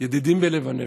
ידידים בלב ובנפש.